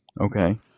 Okay